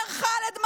אומר ח'אלד משעל,